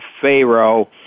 Pharaoh